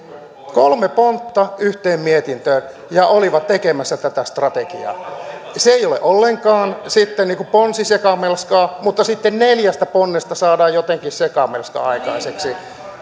kolme pontta yhteen mietintöön ja he olivat tekemässä tätä strategiaa se ei ole ollenkaan niin kuin ponsisekamelskaa mutta sitten neljästä ponnesta saadaan jotenkin sekamelska aikaiseksi